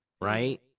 Right